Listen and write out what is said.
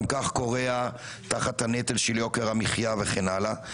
כך כורע תחת נטל יוקר המחיה וכן הלאה.